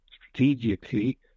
strategically